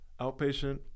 outpatient